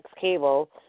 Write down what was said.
Cable